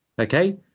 Okay